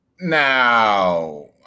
now